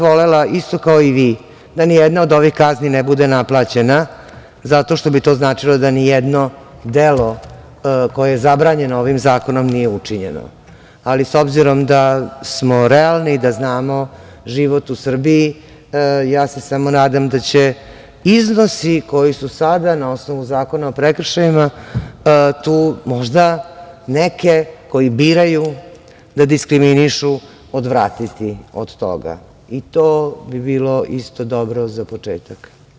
Volela bih isto kao i vi da nijedna od ovih kazni ne bude naplaćena, zato što bi to značilo da nijedno delo koje je zabranjeno ovim zakonom nije učinjeno, ali s obzirom da smo realni i da znamo život u Srbiji ja se samo nadam da će iznosi koji su sada na osnovu Zakona o prekršajima tu, možda, neke koji biraju da diskriminišu odvratiti od toga i to bi bilo isto dobro za početak.